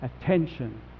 attention